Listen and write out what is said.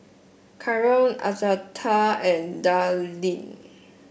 Karol Arletta and Darlene